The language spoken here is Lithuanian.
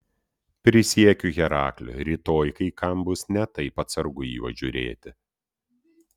prisiekiu herakliu rytoj kai kam bus ne taip atsargu į juos žiūrėti